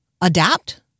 adapt